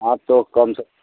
हाँ तो कम से